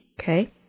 Okay